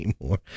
anymore